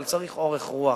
אבל צריך אורך רוח.